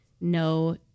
no